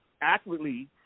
accurately